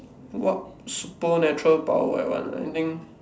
what supernatural power I want anything